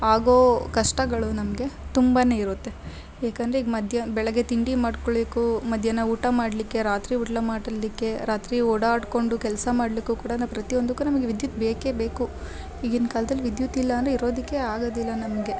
ಆಗೋ ಕಷ್ಟಗಳು ನಮಗೆ ತುಂಬಾ ಇರುತ್ತೆ ಏಕಂದರೆ ಈಗ ಮದ್ಯಾ ಬೆಳಗ್ಗೆ ತಿಂಡಿ ಮಾಡ್ಕೊಳ್ಲಿಕ್ಕೂ ಮಧ್ಯಾಹ್ನ ಊಟ ಮಾಡಲಿಕ್ಕೆ ರಾತ್ರಿ ಊಟ ಮಾಡಲಿಕ್ಕೆ ರಾತ್ರಿ ಓಡಾಡಿಕೊಂಡು ಕೆಲಸ ಮಾಡಲಿಕ್ಕೂ ಕೂಡಾ ಪ್ರತಿಯೊಂದಕ್ಕೂ ನಮಗೆ ವಿದ್ಯುತ್ ಬೇಕೇ ಬೇಕು ಈಗಿನ ಕಾಲ್ದಲ್ಲಿ ವಿದ್ಯುತ್ ಇಲ್ಲ ಅಂದರೆ ಇರೋದಕ್ಕೆ ಆಗೋದಿಲ್ಲ ನಮಗೆ